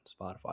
Spotify